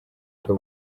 bukwe